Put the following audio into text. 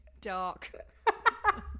dark